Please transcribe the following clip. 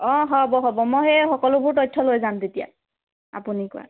অ হ'ব হ'ব মই সেই সকলোবোৰ তথ্য লৈ যাম তেতিয়া আপুনি কোৱা